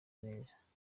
neza